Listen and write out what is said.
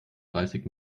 dreißig